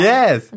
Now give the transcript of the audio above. Yes